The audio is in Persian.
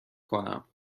کنم